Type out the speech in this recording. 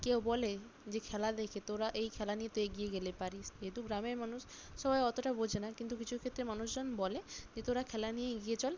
কেউ বলে যে খেলা দেখে তোরা এই খেলা নিয়ে তো এগিয়ে গেলে পারিস যেহেতু গ্রামের মানুষ সবাই অতটা বোঝে না কিন্তু কিছু ক্ষেত্রে মানুষজন বলে যে তোরা খেলা নিয়ে এগিয়ে চল